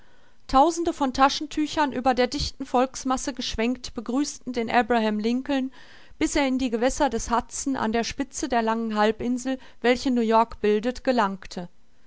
tausende von taschentüchern über der dichten volksmasse geschwenkt begrüßten den abraham lincoln bis er in die gewässer des hudson an der spitze der langen halbinsel welche new-york bildet gelangte